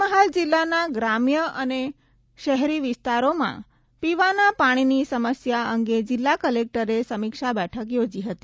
પંચમહાલ જિલ્લાના ગ્રામ્ય અને શહેરી વિસ્તારોમાં પીવાના પાણીની સમસ્યા અંગે જિલ્લા ક્લેક્ટરે સમીક્ષા બેઠક યોજી હતી